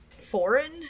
foreign